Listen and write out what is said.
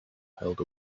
held